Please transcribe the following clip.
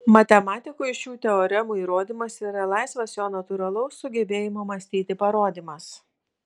matematikui šių teoremų įrodymas yra laisvas jo natūralaus sugebėjimo mąstyti parodymas